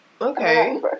Okay